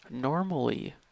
Normally